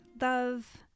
love